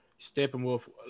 Steppenwolf